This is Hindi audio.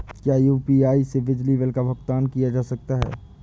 क्या यू.पी.आई से बिजली बिल का भुगतान किया जा सकता है?